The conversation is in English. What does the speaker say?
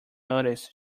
notice